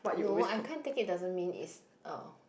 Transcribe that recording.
no I can't it doesn't mean is a